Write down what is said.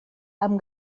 amb